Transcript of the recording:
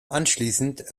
anschließend